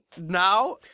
now